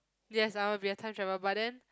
yes I want to be a time travel but then